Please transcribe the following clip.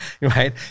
right